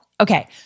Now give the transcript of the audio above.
Okay